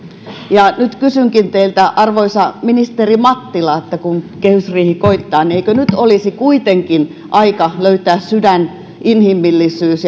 ja nyt kysynkin teiltä arvoisa ministeri mattila kun kehysriihi koittaa eikö nyt olisi kuitenkin aika löytää sydän ja inhimillisyys